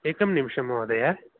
एकं निमिषं महोदय